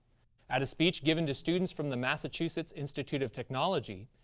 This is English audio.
at a speech given to students from the massachusetts institute of technology,